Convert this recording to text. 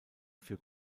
für